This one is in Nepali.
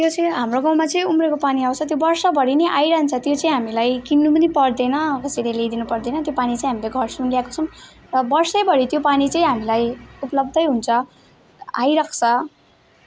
त्यो चाहिँ हाम्रो गाउँमा चाहिँ उम्रिएको पानी आउँछ त्यो वर्षाभरि नै आइरहन्छ त्यो चाहिँ हामीलाई किन्नु पनि पर्दैन कसैले ल्याइदिनु पर्दैन त्यो पानी चाहिँ हामीले घरसम्म ल्याएको छौँ र वर्षाभरि त्यो पानी चाहिँ हामीलाई उपलब्धै हुन्छ आइरहन्छ